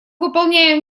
выполняем